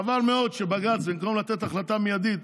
חבל מאוד שבג"ץ, במקום לתת החלטה מיידית,